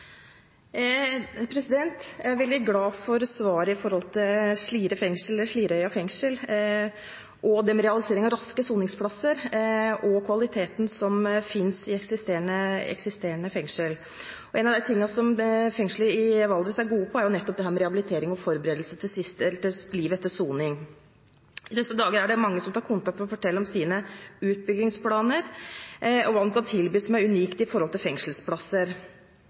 fengsel og det med realisering av raske soningsplasser og kvaliteten som finnes i eksisterende fengsel. Noe av det som fengselet i Valdres er god på, er nettopp dette med rehabilitering og forberedelse til livet etter soning. I disse dager er det mange som tar kontakt for å fortelle om sine utbyggingsplaner, og hva de kan tilby som er unikt når det gjelder fengselsplasser.